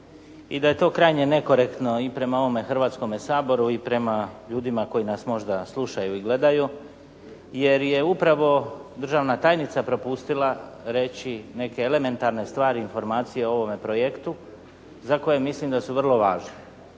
i da je to krajnje nekorektno i prema ovome Hrvatskome saboru i prema ljudima koji nas možda slušaju i gledaju jer je upravo državna tajnica propustila reći neke elementarne stvari i informacije o ovome projektu za koje mislim da su vrlo važne.